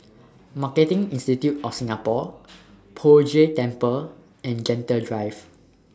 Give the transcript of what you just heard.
Marketing Institute of Singapore Poh Jay Temple and Gentle Drive